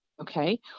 okay